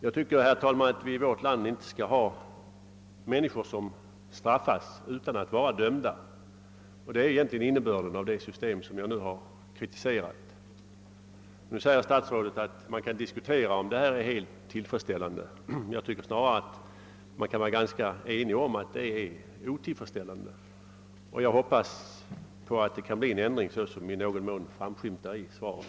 I vårt land bör det inte finnas människor som straffas utan att vara dömda, och det är egentligen innebörden i det system som jag nu har kritiserat. Statsrådet säger att man kan diskutera om detta är helt tillfredsställande. Jag tycker snarast att vi kan vara eniga om att det är otillfredsställande, och jag hoppas att en ändring kommer att genomföras, såsom i någon mån framskymtar i svaret.